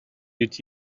did